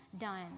done